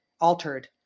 altered